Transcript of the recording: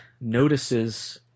notices